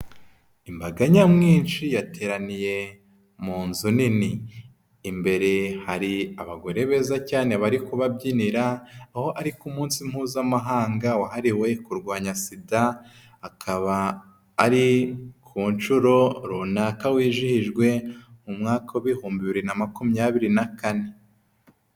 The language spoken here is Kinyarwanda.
Imbaga nyamwinshi, yateraniye mu nzu nini, imbere hari abagore beza cyane bari kubabyinira, aho ariko umunsi mpuzamahanga wahariwe kurwanya sida, akaba ari ku nshuro runaka wizihijwe, mu mwaka w'ibihumbi bibiri na makumyabiri na kane.